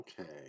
Okay